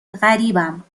غریبم